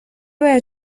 باید